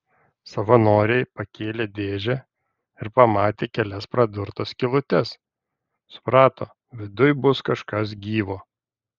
savanoriai pakėlė dėžę ir pamatė kelias pradurtas skylutes suprato viduj bus kažkas gyvo